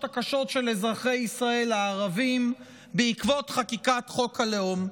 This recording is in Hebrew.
הקשות של אזרחי ישראל הערבים בעקבות חקיקת חוק הלאום,